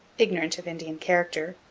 ignorant of indian character,